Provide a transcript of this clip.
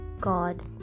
God